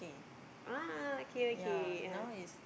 ah okay okay ah